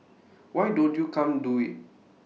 why don't you come do IT